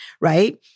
right